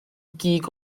gig